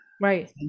Right